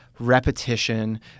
repetition